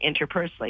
interpersonally